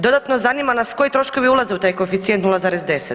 Dodatno, zanima nas koji troškovi ulaze u taj koeficijent 0,10?